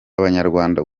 abanyarwanda